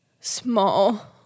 small